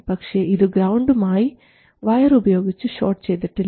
പക്ഷേ ഇത് ഗ്രൌണ്ടും ആയി വയർ ഉപയോഗിച്ച് ഷോട്ട് ചെയ്തിട്ടില്ല